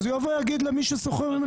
אז הוא יגיד למי ששוכר ממנו את הדירה,